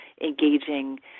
engaging